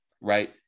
right